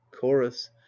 chorus